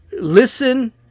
Listen